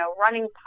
running